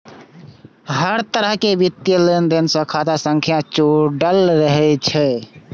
हर तरहक वित्तीय लेनदेन सं खाता संख्या जुड़ल रहै छै